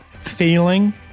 feeling